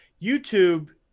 YouTube